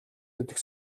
идэх